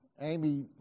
Amy